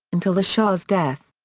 until the shah's death.